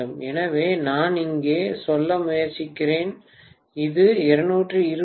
எனவே நான் இங்கே சொல்ல முயற்சிக்கிறேன் இது 220V 2